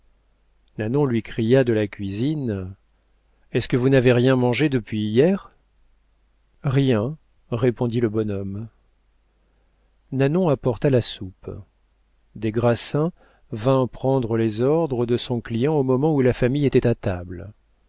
faim nanon lui cria de la cuisine est-ce que vous n'avez rien mangé depuis hier rien répondit le bonhomme nanon apporta la soupe des grassins vint prendre les ordres de son client au moment où la famille était à table